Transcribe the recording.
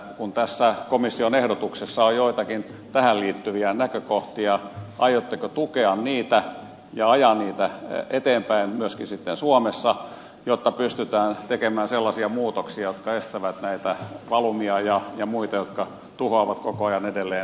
kun tässä komission ehdotuksessa on joitakin tähän liittyviä näkökohtia aiotteko tukea niitä ja ajaa niitä eteenpäin myöskin sitten suomessa jotta pystytään tekemään sellaisia muutoksia jotka estävät näitä valumia ja muita jotka tuhoavat koko ajan edelleen itämerta